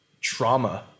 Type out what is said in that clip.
trauma